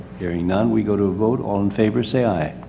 hearing none, we go to a vote. all in favor, say aye.